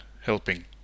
helping